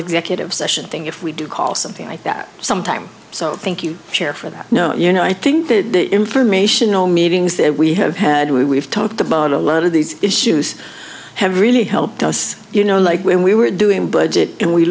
executive session thing if we do call something like that sometime so thank you chair for that note you know i think the informational meetings that we have had we've talked about a lot of these issues have really helped us you know like when we were doing budget and we